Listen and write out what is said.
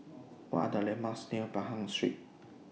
What Are The landmarks near Pahang Street